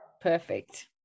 Perfect